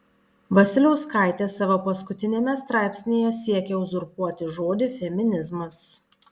vasiliauskaitė savo paskutiniame straipsnyje siekia uzurpuoti žodį feminizmas